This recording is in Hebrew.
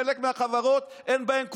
חלק מהחברות אין בהן קוורום,